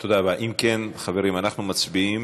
אם כן, חברים, אנחנו מצביעים.